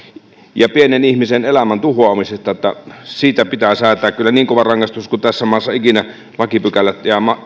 ja pienen ihmisen elämän tuhoamisesta että siitä pitää säätää kyllä niin kova rangaistus kuin tässä maassa lakipykälät ja